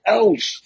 else